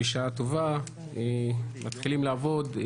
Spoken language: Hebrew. בשעה טובה מתחילים לעבוד.